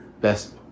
best